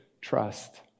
Trust